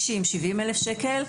60-70 אלף שקל.